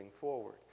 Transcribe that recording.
forward